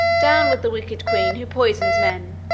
down with the wicked queen, who poisons men